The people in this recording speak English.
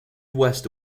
west